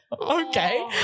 okay